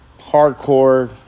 hardcore